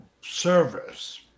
service